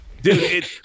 Dude